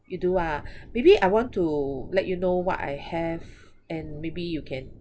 you do ah maybe I want to let you know what I have and maybe you can